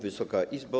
Wysoka Izbo!